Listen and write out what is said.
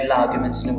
arguments